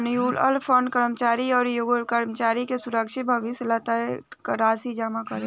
mutual fund कर्मचारी अउरी नियोक्ता कर्मचारी के सुरक्षित भविष्य ला एक तय राशि जमा करेला